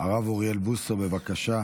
הרב אוריאל בוסו, בבקשה.